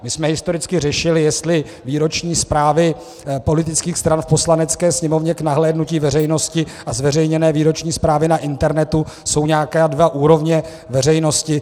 My jsme historicky řešili, jestli výroční zprávy politických stran v Poslanecké sněmovně k nahlédnutí veřejnosti a zveřejněné výroční zprávy na internetu jsou nějaké dvě úrovně veřejnosti.